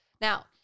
Now